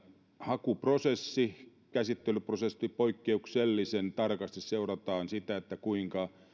hakuprosessi käsittelyprosessi jossa poikkeuksellisen tarkasti seurataan sitä kuinka